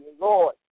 Lord